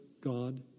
God